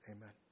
Amen